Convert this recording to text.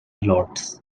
lots